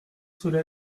cela